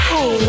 Hey